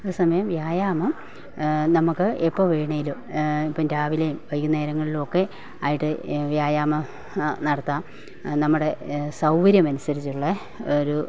അതേ സമയം വ്യായാമം നമുക്ക് എപ്പോൾ വേണമെങ്കിലും ഇപ്പം രാവിലെയും വൈകുന്നേരങ്ങളിലുമൊക്കെ ആയിട്ടു വ്യായാമം നടത്താം നമ്മുടെ സൗകര്യമനുസരിച്ചുള്ള ഒരു